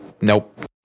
Nope